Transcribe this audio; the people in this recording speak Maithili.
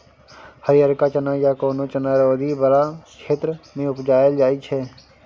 हरियरका चना या कोनो चना रौदी बला क्षेत्र मे उपजाएल जाइ छै